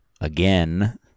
again